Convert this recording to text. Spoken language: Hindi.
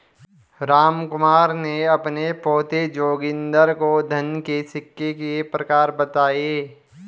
रामकुमार ने अपने पोते जोगिंदर को धन के सिक्के के प्रकार बताएं